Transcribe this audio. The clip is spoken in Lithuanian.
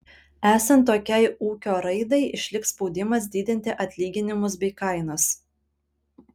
esant tokiai ūkio raidai išliks spaudimas didinti atlyginimus bei kainas